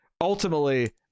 ultimately